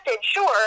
Sure